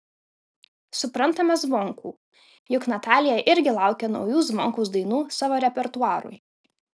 suprantame zvonkų juk natalija irgi laukia naujų zvonkaus dainų savo repertuarui